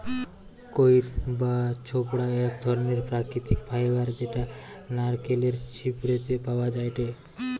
কইর বা ছোবড়া এক ধরণের প্রাকৃতিক ফাইবার যেটা নারকেলের ছিবড়ে তে পাওয়া যায়টে